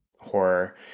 horror